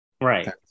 Right